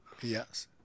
Yes